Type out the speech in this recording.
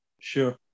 Sure